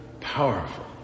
powerful